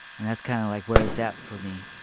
and that's kind of like where it's at for me